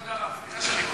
כבוד הרב, סליחה שאני מפריע,